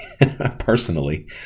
personally